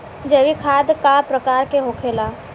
जैविक खाद का प्रकार के होखे ला?